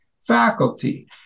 faculty